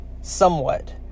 somewhat